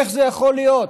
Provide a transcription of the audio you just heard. איך זה יכול להיות?